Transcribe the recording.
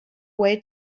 way